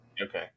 Okay